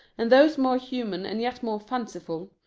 and those more human and yet more fanciful,